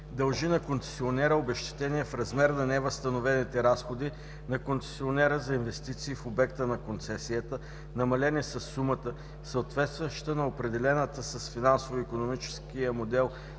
дължи на концесионера обезщетение в размер на невъзстановените разходи на концесионера за инвестиции в обекта на концесията, намалени със сумата, съответстваща на определената с финансово-икономическия модел